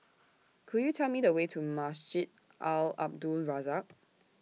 Could YOU Tell Me The Way to Masjid Al Abdul Razak